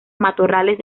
matorrales